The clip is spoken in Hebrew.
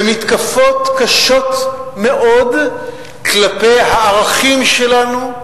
במתקפות קשות מאוד כלפי הערכים שלנו,